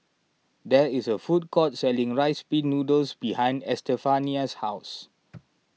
there is a food court selling Rice Pin Noodles behind Estefania's house